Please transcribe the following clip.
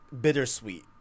bittersweet